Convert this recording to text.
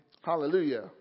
Hallelujah